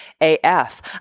AF